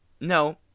No